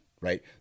right